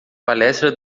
palestra